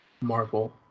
Marvel